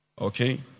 okay